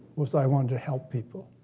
was i wanted to help people.